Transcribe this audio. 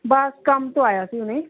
ਬਸ ਕੰਮ ਤੋਂ ਆਇਆ ਸੀ ਹੁਣੇ